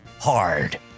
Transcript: hard